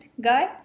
guy